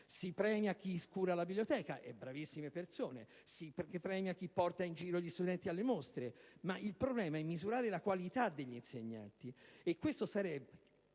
Si premia coloro che curano la biblioteca (che sono bravissime persone) e si premia chi porta in giro gli studenti alle mostre, ma il problema è misurare la qualità degli insegnanti. Questo è